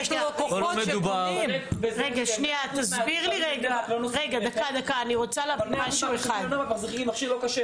אני רוצה להבין משהו אחד.